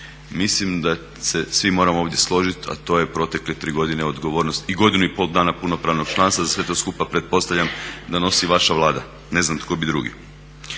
Mislim da se svi moramo ovdje složit, a to je protekle 3 godine odgovornost i godinu i pol dana punopravnog članstva, za sve to skupa pretpostavljam da nosi vaša Vlada, ne znam tko bi drugi.